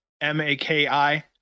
M-A-K-I